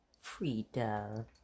Frida